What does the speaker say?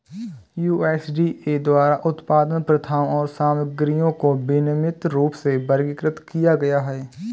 USDA द्वारा उत्पादन प्रथाओं और सामग्रियों को विनियमित रूप में वर्गीकृत किया गया है